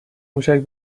موشک